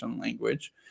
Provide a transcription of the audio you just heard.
language